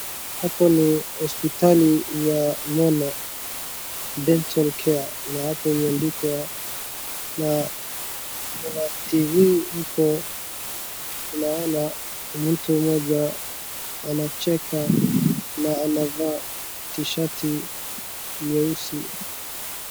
Hapa ni hospitali ya meno, dental care ,na hapo kunaandikwa na kuna tv .Huko tunaoana mtu mmoja anaecheka na anavaa t-shiti nyeusi.